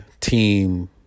team